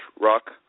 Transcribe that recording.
rock